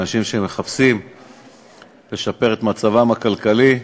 אנשים שמחפשים לשפר את מצבם הכלכלי.